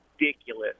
ridiculous